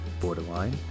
Borderline